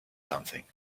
something